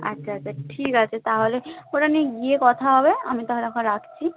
আচ্ছা আচ্ছা ঠিক আছে তাহলে ওটা নিয়ে গিয়ে কথা হবে আমি তাহলে এখন রাখছি